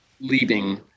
leaving